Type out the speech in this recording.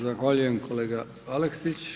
Zahvaljujem kolega Aleksić.